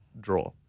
draw